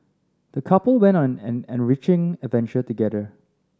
the couple went on an enriching adventure together